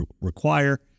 require